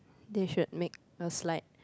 they should make a slide